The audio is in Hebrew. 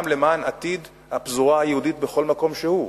למען עתיד הפזורה היהודית בכל מקום שהוא.